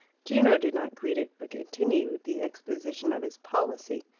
gino did not greet it, but continued the exposition of his policy.